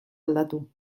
aldatu